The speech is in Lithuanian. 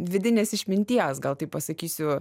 vidinės išminties gal taip pasakysiu